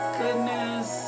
goodness